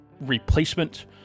replacement